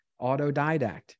autodidact